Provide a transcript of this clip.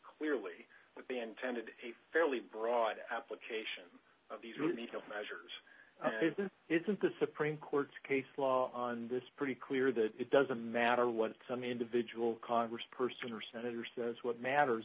clearly what they intended a fairly broad application of these measures if the supreme court case law on this is pretty clear that it doesn't matter what an individual congressperson or senator says what matters